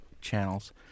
channels